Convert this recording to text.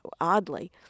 Oddly